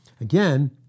again